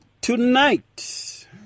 tonight